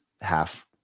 half